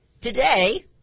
Today